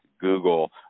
Google